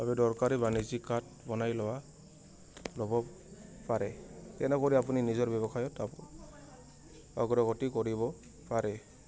বাবে দৰকাৰী বাণিজ্যিক কাৰ্ড বনাই লোৱা ল'ব পাৰে তেনে কৰি আপুনি নিজৰ ব্যৱসায়ত অ অগ্ৰগতি কৰিব পাৰে